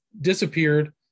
disappeared